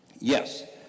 Yes